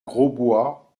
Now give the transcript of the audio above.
grosbois